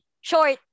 short